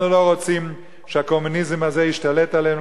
אנחנו לא רוצים שהקומוניזם הזה ישתלט עלינו,